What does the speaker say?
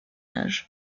âge